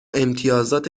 امتیازات